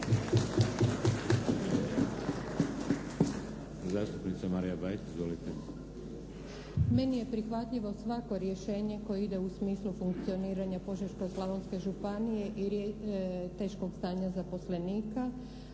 Zastupnica Marija Bajt. Izvolite. **Bajt, Marija (HDZ)** Meni je prihvatljivo svako rješenje koje ide u smislu funkcioniranja Požeško-Slavonske županije i teškog stanja zaposlenika,